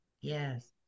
yes